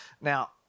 Now